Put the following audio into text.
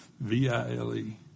V-I-L-E